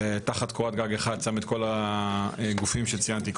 הוא שם תחת קורת גג אחת את כל הגופים האלה.